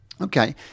okay